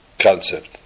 concept